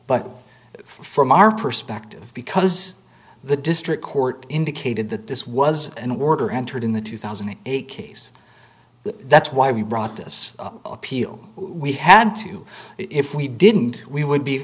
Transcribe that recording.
but from our perspective because the district court indicated that this was an order entered in the two thousand and eight case that's why we brought this appeal we had to if we didn't we would be